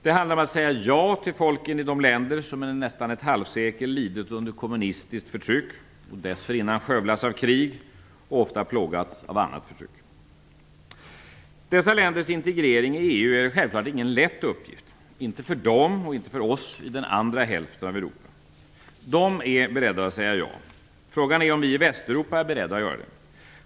Det handlar om att säga ja till folken i de länder som i nästan ett halvsekel har lidit under kommunistiskt förtryck, dessförinnan skövlats av krig och ofta plågats av annat förtryck. Dessa länders integrering i EU är självklart ingen lätt uppgift, inte för dem och inte för oss i den andra hälften av Europa. De är beredda att säga ja. Frågan är om vi i Västeuropa är beredda att göra det.